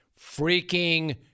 Freaking